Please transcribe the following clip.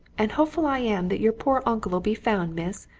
and hopeful i am that your poor uncle'll be found, miss,